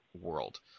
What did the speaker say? world